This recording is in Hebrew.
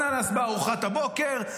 אננס בארוחת הבוקר,